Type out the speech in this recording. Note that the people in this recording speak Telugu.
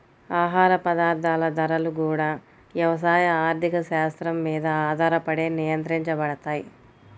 ఆహార పదార్థాల ధరలు గూడా యవసాయ ఆర్థిక శాత్రం మీద ఆధారపడే నిర్ణయించబడతయ్